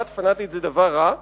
דת פנאטית זה דבר רע.